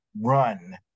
run